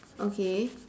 okay